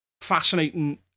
Fascinating